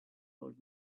old